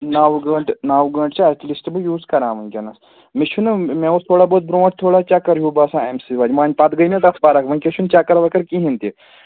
نو گنٛٹہٕ نَو گنٛٹہٕ چھِ ایٹ لِسٹہٕ بہٕ یوٗز کران وُنکٮ۪نَس مےٚ چھُنہٕ مےٚ اوس تھوڑا بہت برٛونٛٹھ تھوڑا بہت چَکر ہیٛوٗ باسان اَمہِ سۭتۍ وَنہِ وۅنۍ پَتہٕ گٔے مےٚ تَتھ فرق وُنکٮ۪س چھُنہٕ چَکر وَکر کِہیٖنٛۍ تہِ